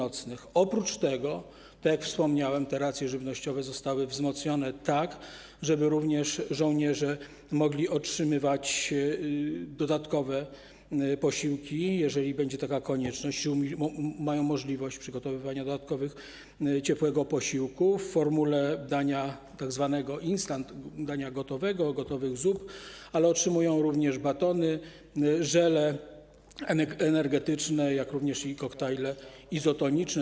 Oprócz tego, tak jak wspomniałem, te racje żywnościowe zostały wzmocnione tak, żeby również żołnierze mogli otrzymywać dodatkowe posiłki, jeżeli będzie taka konieczność, mają możliwość przygotowywania dodatkowego ciepłego posiłku w formule dania tzw. instant, dania gotowego, gotowych zup, ale otrzymują również batony, żele energetyczne, jak również koktajle izotoniczne.